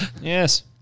Yes